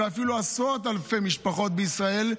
אפילו עשרות אלפי משפחות בישראל,